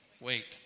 Wait